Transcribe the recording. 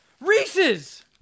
Reese's